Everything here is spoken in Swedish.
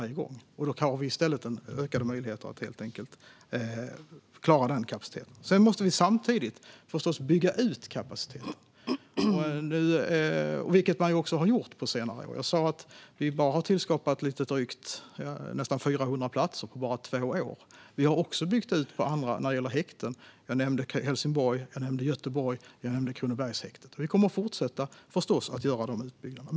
Då får vi också ökade möjligheter att klara kapaciteten. Samtidigt måste vi förstås bygga ut kapaciteten, vilket också har gjorts på senare år. Vi har tillskapat nästan 400 platser på bara två år. Vi har även byggt ut när det gäller häkten. Jag nämnde Helsingborg, Göteborg och Kronobergshäktet. Vi kommer förstås att fortsätta att göra de utbyggnaderna.